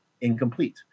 incomplete